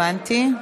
הבנתי.